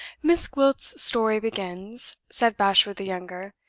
miss gwilt's story begins, said bashwood the younger,